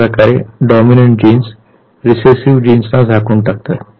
अशाप्रकारे dominant genes recessive जीन्सना झाकून टाकतात